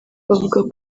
bavuga